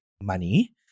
money